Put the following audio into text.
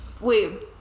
Wait